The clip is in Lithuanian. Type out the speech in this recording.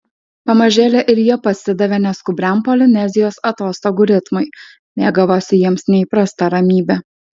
pamažėle ir jie pasidavė neskubriam polinezijos atostogų ritmui mėgavosi jiems neįprasta ramybe